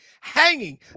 hanging